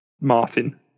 Martin